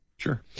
Sure